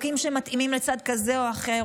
חוקים שמתאימים לצד כזה או אחר,